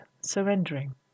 surrendering